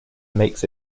makes